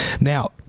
Now